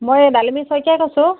মই এই ডালিমী শইকীয়াই কৈছোঁ